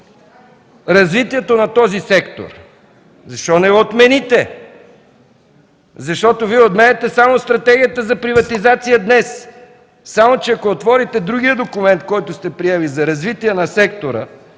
развитието на този сектор? Защо не го отмените? Защото Вие отменяте само стратегията за приватизация днес. Само че ако отворите другия документ, който сте приели – за развитие на сектора,